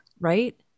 right